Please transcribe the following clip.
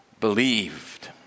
believed